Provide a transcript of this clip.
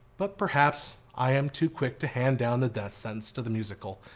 but perhaps i am too quick to hand down the death sentence to the musical.